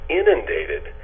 inundated